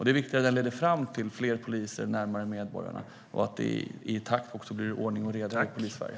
Det är viktigt att reformen leder fram till fler poliser närmare medborgarna och att den går i takt med att det blir ordning och reda i Polissverige.